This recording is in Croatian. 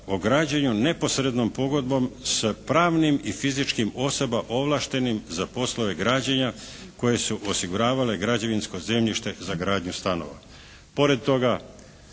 o građenju neposrednom pogodbom sa pravnim i fizičkim osobama ovlaštenim za poslove građenja koje su osiguravale građevinsko zemljište za gradnju stanova.